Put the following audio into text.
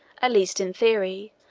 at least in theory,